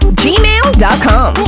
gmail.com